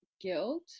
guilt